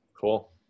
Cool